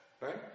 Right